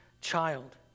child